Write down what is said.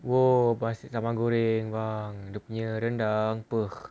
!wow! nasi sambal goreng bang dia punya rendang apa